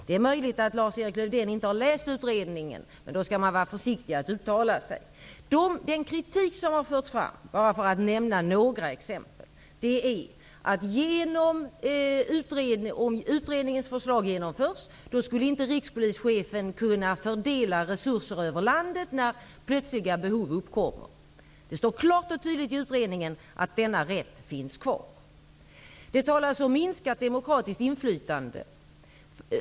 Det är möjligt att Lars-Erik Lövdén inte har läst utredningen, men då skall han vara försiktig med att uttala sig. Den kritik som har förts fram, bara för att nämna några exempel, är att om utredningens förslag skulle genomföras skulle rikspolischefen inte kunna fördela resurser över landet när plötsliga behov uppkommer. Det står klart och tydligt i utredningen att denna rätt finns kvar. Det talas om minskat demokratiskt inflytande.